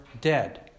dead